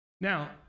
Now